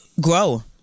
grow